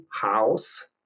house